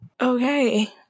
Okay